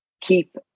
keep